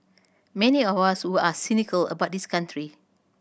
many of us who are cynical about this country